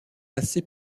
assez